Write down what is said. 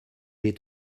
est